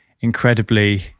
incredibly